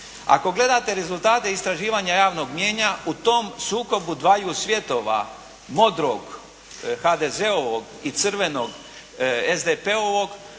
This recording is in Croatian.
Ako gledate rezultate istraživanja javnog mijenja u tom sukobu dvaju svjetova modrog HDZ-ovog i crvenog SDP-ovog